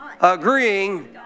agreeing